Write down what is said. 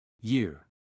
Year